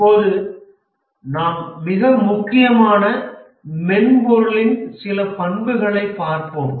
இப்போது நாம் மிக முக்கியமான மென்பொருளின் சில பண்புகளைப் பார்ப்போம்